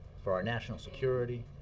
for our national security,